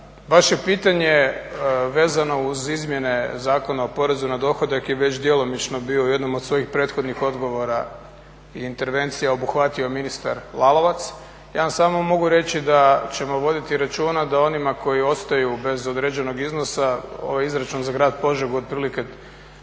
Vaše pitanje vezano uz izmjenu Zakona o porezu na dohodak je već djelomično bio u jednom od svojih prethodnih odgovora i intervencija obuhvatio ministar Lalovac. Ja vam samo mogu reći da ćemo voditi računa da onima koji ostaju bez određenog iznosa ovaj izračun za grad Požegu otprilike